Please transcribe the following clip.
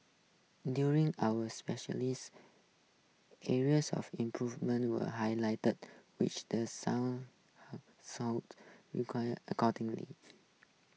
during our areas of improvement were highlighted the which The Sun sold require